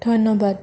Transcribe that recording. ধন্যবাদ